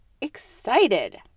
excited